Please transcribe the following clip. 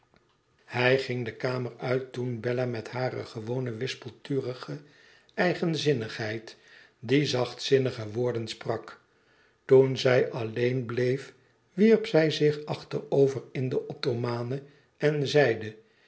hij ging de kamer uit toen bella met hare gewone wispelturige eigenzinnigheid die zachtzinnige woorden sprak toen zij alleen bleef wierp zij zich achterover in de ottomane en zeide